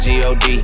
G-O-D